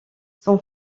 son